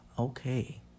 Okay